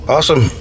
Awesome